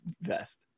vest